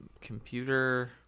computer